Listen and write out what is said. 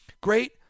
Great